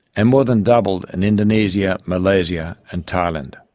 and more than doubled in indonesia, malaysia and thailand.